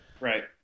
Right